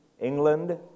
England